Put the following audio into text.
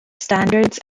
standards